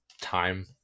time